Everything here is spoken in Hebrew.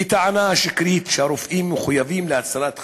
בטענה שקרית שהרופאים מחויבים להצלת חיים,